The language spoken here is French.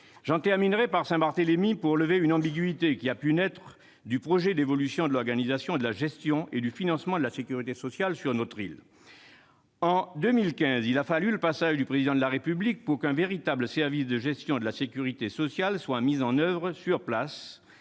en évoquant Saint-Barthélemy, pour lever une ambiguïté qui a pu naître du projet d'évolution de l'organisation de la gestion et du financement de la sécurité sociale sur notre île. En 2015, il a fallu le passage du Président de la République pour qu'un véritable service de gestion de la sécurité sociale soit mis en oeuvre sur place,